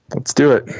let's do it.